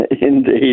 Indeed